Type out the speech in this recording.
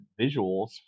visuals